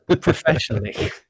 professionally